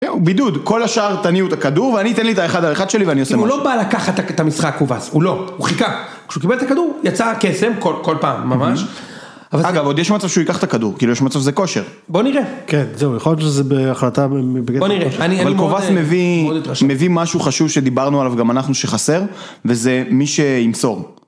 בידוד, כל השאר תניעו את הכדור, ואני אתן לי את האחד האחד שלי ואני עושה משהו. אם הוא לא בא לקחת את המשחק כובעס, הוא לא, הוא חיכה. כשהוא קיבל את הכדור, יצא קסם כל פעם, ממש. אגב, עוד יש מצב שהוא ייקח את הכדור, כאילו יש מצב זה כושר. בוא נראה. כן, זהו, יכול להיות שזה בהחלטה בגלל... בוא נראה. אבל כובעס מביא משהו חשוב שדיברנו עליו גם אנחנו שחסר, וזה מי שימסור.